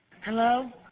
Hello